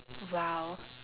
!wow!